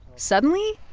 suddenly,